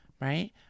right